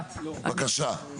בבקשה.